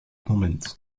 moment